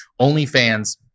OnlyFans